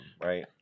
right